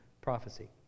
prophecy